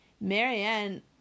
Marianne